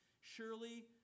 Surely